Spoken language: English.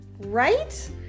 Right